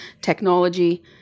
technology